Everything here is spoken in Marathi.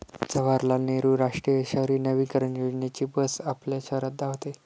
जवाहरलाल नेहरू राष्ट्रीय शहरी नवीकरण योजनेची बस आपल्या शहरात धावते